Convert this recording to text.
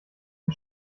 den